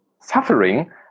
suffering